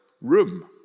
room